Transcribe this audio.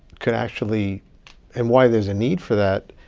could actually and why there's a need for that,